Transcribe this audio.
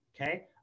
okay